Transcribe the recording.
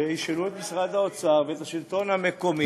שישאלו את משרד האוצר ואת השלטון המקומי.